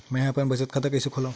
मेंहा अपन बचत खाता कइसे खोलव?